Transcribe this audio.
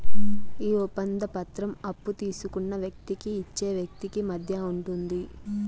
ఈ ఒప్పంద పత్రం అప్పు తీసుకున్న వ్యక్తికి ఇచ్చే వ్యక్తికి మధ్య ఉంటుంది